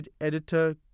editor